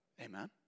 Amen